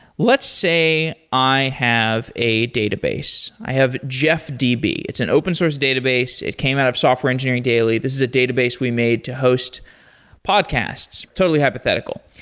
let's say i have a database. i have jeffdb. it's an open source database. it came out of software engineering daily. this is a database we made to host podcasts, totally hypothetical.